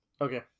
Okay